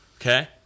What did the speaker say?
Okay